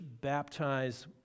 baptize